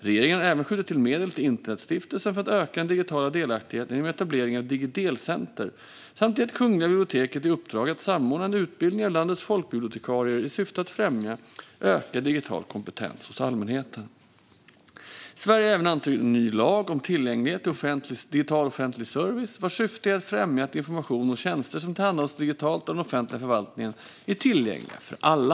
Regeringen har även skjutit till medel till Internetstiftelsen för att öka den digitala delaktigheten genom etablering av Digidelcenter samt gett Kungliga biblioteket i uppdrag att samordna en utbildning av landets folkbibliotekarier i syfte att främja ökad digital kompetens hos allmänheten. Sverige har även antagit en ny lag om tillgänglighet till digital offentlig service vars syfte är att främja att information och tjänster som tillhandahålls digitalt av den offentliga förvaltningen är tillgängliga för alla.